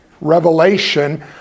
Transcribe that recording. revelation